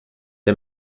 der